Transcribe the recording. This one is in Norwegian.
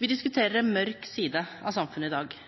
Vi diskuterer en mørk side av samfunnet i dag, et tema jeg så